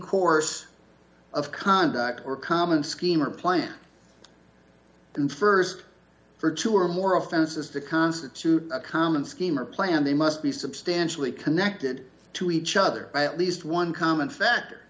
course of conduct or common scheme or plan and st for two or more offenses to constitute a common scheme or plan they must be substantially connected to each other by at least one common factor